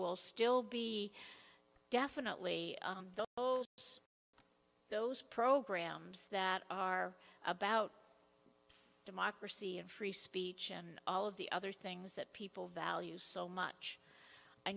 will still be definitely those programs that are about democracy and free speech and all of the other things that people value so much i